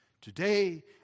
today